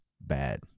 bad